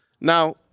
Now